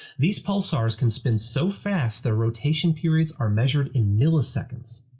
these pulsars can spin so fast, their rotation periods are measured in milliseconds!